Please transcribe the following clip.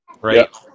right